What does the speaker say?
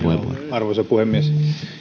arvoisa puhemies